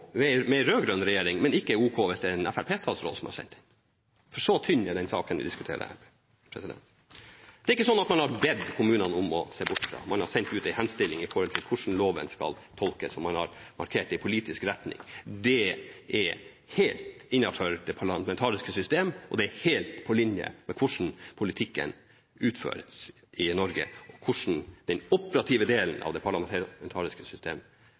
regjering, men ikke ok hvis det kommer fra en fremskrittspartistatsråd. Så tynn er denne saken vi diskuterer. Det er ikke sånn at man har bedt kommunene om å se bort fra noe, man har sendt ut en henstilling om hvordan loven skal tolkes. Man har markert en politisk retning. Det er helt innenfor det parlamentariske system, og det er helt på linje med hvordan politikken utføres i Norge, hvordan den operative delen av det parlamentariske system